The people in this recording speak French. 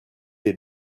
des